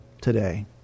today